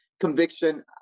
conviction